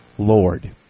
Lord